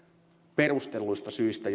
perustelluista syistä